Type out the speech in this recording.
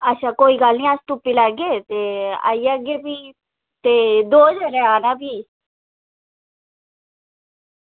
अच्छा कोई गल्ल निं अस तुप्पी लैगे ते आई जाह्गे भी ते दो जनें आना भी